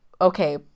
Okay